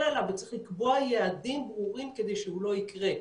עליו וצריך לקבוע יעדים ברורים כדי שהוא לא יקרה,